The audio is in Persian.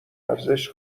ارزش